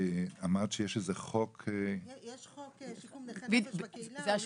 אמרת שיש חוק --- יש חוק שיקום נכי נפש בקהילה.